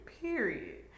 Period